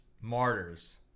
Martyrs